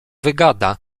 wygada